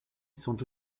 sont